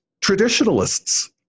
traditionalists